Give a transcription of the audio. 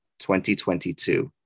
2022